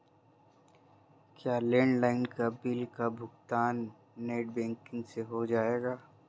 क्या लैंडलाइन के बिल का भुगतान नेट बैंकिंग से हो जाएगा?